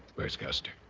where's custer?